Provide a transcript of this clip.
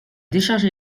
décharge